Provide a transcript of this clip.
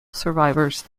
survivors